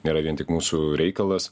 nėra vien tik mūsų reikalas